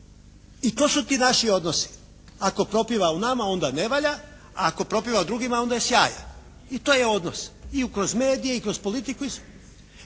I to su ti naši odnosi. Ako propjeva u nama onda ne valjda, ako propjeva u drugima onda je sjajan i to je odnos, i kroz medije i kroz politiku,